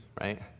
right